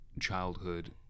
childhood